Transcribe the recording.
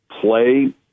play